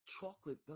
chocolate